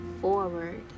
forward